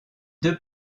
deux